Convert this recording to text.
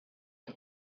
him